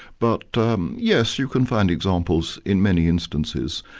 but um yes, you can find examples in many instances.